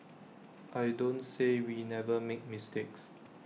I don't say we never make mistakes